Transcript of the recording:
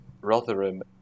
Rotherham